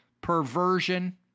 perversion